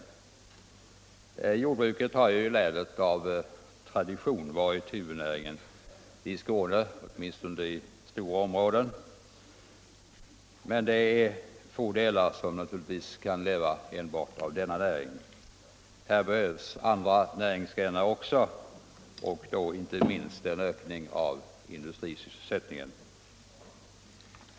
Jordbruket har av tradition varit huvudnäringen i länet, åtminstone i stora områden. Men det är få delar som kan leva enbart av denna näring. Här behövs även andra näringsgrenar och då inte minst en ökning av industrisysselsättningen.